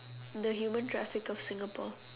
the human traffic of Singapore